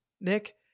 Nick